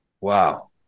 wow